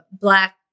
black